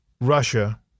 Russia